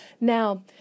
Now